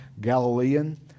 Galilean